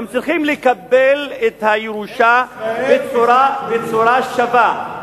הם צריכים לקבל את הירושה בצורה שווה.